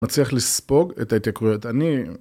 מצליח לספוג את ההתייקרויות